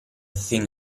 thing